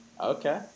Okay